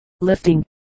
Lifting